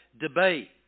debate